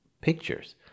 Pictures